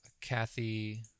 Kathy